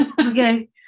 okay